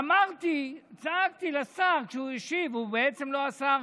אמרתי, צעקתי לשר כשהוא השיב, הוא בעצם לא השר